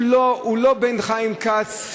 הוא לא עם חיים כץ,